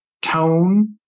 tone